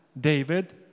David